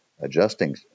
adjusting